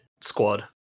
squad